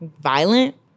violent